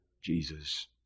Jesus